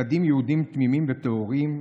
ילדים יהודים תמימים וטהורים,